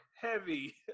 heavy